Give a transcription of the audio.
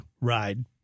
ride